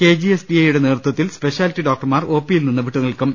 K ജി എസ് ഡി എയുടെ നേതൃത്വത്തിൽ സ്പെഷ്യാ ലിറ്റി ഡോക്ടർമാർ ഒ പിയിൽ നിന്ന് വിട്ടുനിൽക്കും